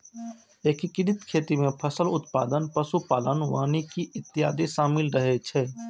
एकीकृत खेती मे फसल उत्पादन, पशु पालन, वानिकी इत्यादि शामिल रहै छै